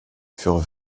furent